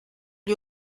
gli